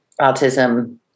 autism